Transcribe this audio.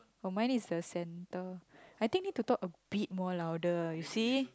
oh mine is the centre I think need to talk a bit more louder you see